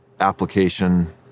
application